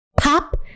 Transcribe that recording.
Pop